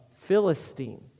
Philistine